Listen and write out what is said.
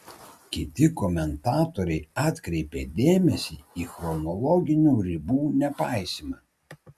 kiti komentatoriai atkreipė dėmesį į chronologinių ribų nepaisymą